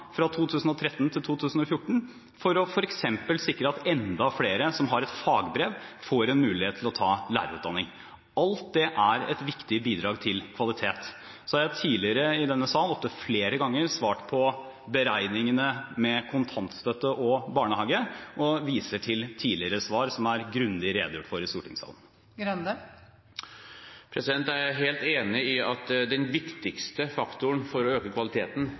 et fagbrev, får en mulighet til å ta lærerutdanning. Alt dette er et viktig bidrag til kvalitet. Så har jeg tidligere i denne sal opp til flere ganger svart på beregningene med kontantstøtte og barnehage og viser til tidligere svar som er grundig redegjort for i stortingssalen. Jeg er helt enig i at den viktigste faktoren for å øke kvaliteten